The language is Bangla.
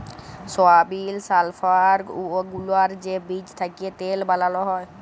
সয়াবিল, সালফ্লাওয়ার গুলার যে বীজ থ্যাকে তেল বালাল হ্যয়